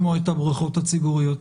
כמו את הבריכות הציבוריות?